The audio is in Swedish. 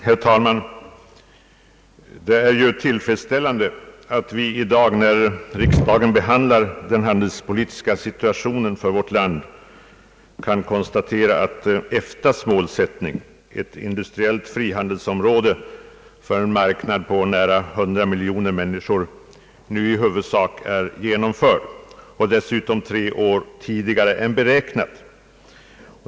Herr talman! Det är tillfredsställande att vi i dag, när riksdagen behandlar den handelspolitiska situationen för vårt land, kan konstatera att EFTA:s målsättning, ett industriellt frihandelsområde för en marknad på nästan 100 miljoner människor, nu i huvudsak är genomförd; dessutom tre år tidigare än beräknat.